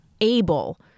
able